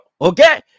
okay